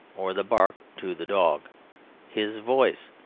or the bark to the dog his voice,